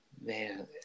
Man